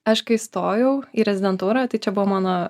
aš kai stojau į rezidentūrą tai čia buvo mano